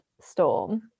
storm